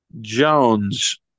Jones